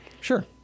Sure